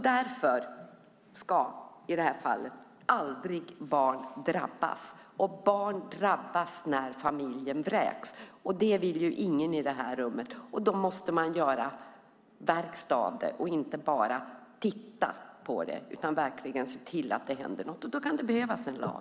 Därför ska aldrig barn drabbas. Barn drabbas när familjen vräks, och det vill ju ingen i det här rummet, och då måste man göra verkstad av det. Man ska inte bara titta på det utan se till att det verkligen händer något, och då kan det behövas en lag.